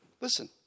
Listen